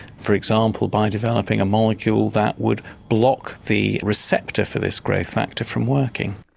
for example, by developing a molecule that would block the receptor for this growth factor from working.